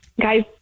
Guys